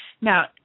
Now